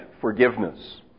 forgiveness